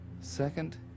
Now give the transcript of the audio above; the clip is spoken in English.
second